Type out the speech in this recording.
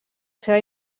seva